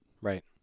Right